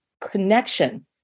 connection